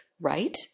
right